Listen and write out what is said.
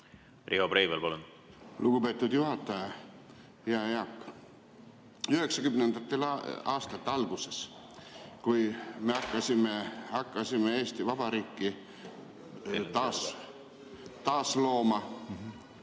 Riho Breivel, palun! Lugupeetud juhataja! Hea Jaak! 1990. aastate alguses, kui me hakkasime Eesti Vabariiki taaslooma,